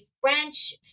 French